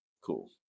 cool